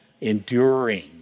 enduring